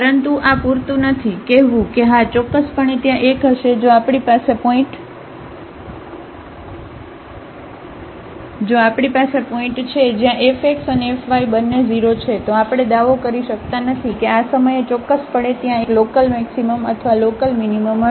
પરંતુ આ પૂરતું નથી કહેવું કે હા ચોક્કસપણે ત્યાં એક હશે જો આપણી પાસે પોઇન્ટ છે જ્યાં fxand fy બંને 0 છે તો આપણે દાવો કરી શકતા નથી કે આ સમયે ચોક્કસપણે ત્યાં એક લોકલ મેક્સિમમ અથવા લોકલ મીનીમમ હશે